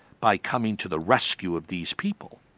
by coming to the rescue of these people.